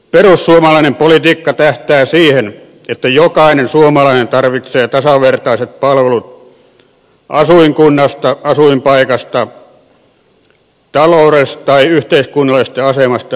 perussuomalainen politiikka tähtää siihen että jokainen suomalainen saa tarvitsemansa tasavertaiset palvelut asuinkunnasta asuinpaikasta taloudellisesta tai yhteiskunnallisesta asemasta riippumatta